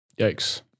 Yikes